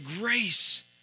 grace